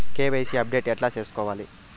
KYC update ఎట్లా సేసుకోవాలి?